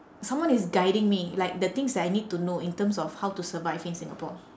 someone is guiding me like the things that I need to know in terms of how to survive in singapore